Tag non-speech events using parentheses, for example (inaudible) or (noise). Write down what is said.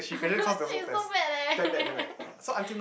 (laughs) shit so bad eh (laughs)